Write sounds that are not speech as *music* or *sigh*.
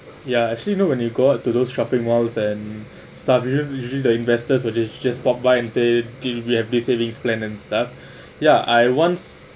ya actually you know when you go to those shopping malls and stuff you know usually the investors will just walk by and say have these savings plan and that *breath* ya I once